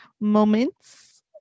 moments